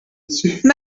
c’est